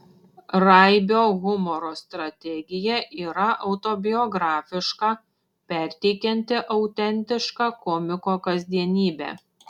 raibio humoro strategija yra autobiografiška perteikianti autentišką komiko kasdienybę